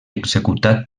executat